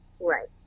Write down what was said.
right